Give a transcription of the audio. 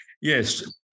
Yes